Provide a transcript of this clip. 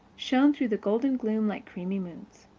shone through the golden gloom like creamy moons.